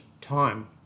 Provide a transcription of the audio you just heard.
time